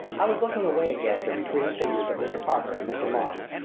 i was looking away again at the retreating figures of mr. parker and mr. moss.